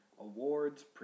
awards